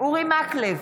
אורי מקלב,